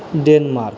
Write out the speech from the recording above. Denmark